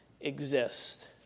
exist